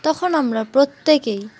তখন আমরা প্রত্যেকেই